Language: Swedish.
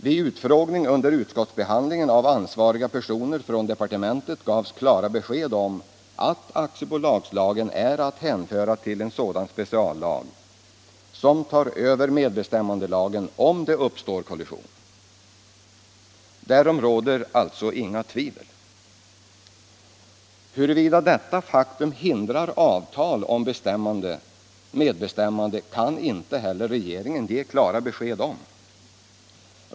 Vid utfrågning under utskottsbehandlingen av ansvariga personer från departementet gavs klara besked om att aktiebolagslagen är att hänföra till sådan speciallag som tar över medbestiäimmandelagen om det uppstår kollision. Därom råder alltså inga tvivel. Huruvida detta faktum hindrar avtal om medbestämmande kan inte heller regeringen ge klara besked om.